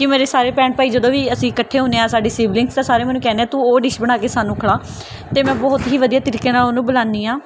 ਕਿ ਮੇਰੇ ਸਾਰੇ ਭੈਣ ਭਾਈ ਜਦੋਂ ਵੀ ਅਸੀਂ ਇਕੱਠੇ ਹੁੰਦੇ ਹਾਂ ਸਾਡੀ ਸਿਵਲਿੰਗ ਤਾਂ ਸਾਰੇ ਮੈਨੂੰ ਕਹਿੰਦੇ ਤੂੰ ਉਹ ਡਿਸ਼ ਬਣਾ ਕੇ ਸਾਨੂੰ ਖਿਲਾ ਅਤੇ ਮੈਂ ਬਹੁਤ ਹੀ ਵਧੀਆ ਤਰੀਕੇ ਨਾਲ ਉਹਨੂੰ ਬਣਾਉਂਦੀ ਹਾਂ